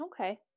okay